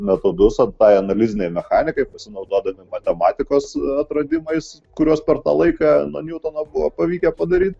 metodus tai analizinei mechanikai pasinaudodami matematikos atradimais kuriuos per tą laiką nuo niutono buvo pavykę padaryt